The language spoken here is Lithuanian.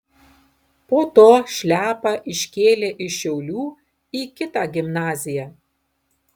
po to šliapą iškėlė iš šiaulių į kitą gimnaziją